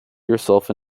yourself